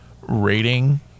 rating